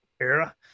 era